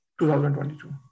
2022